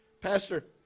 Pastor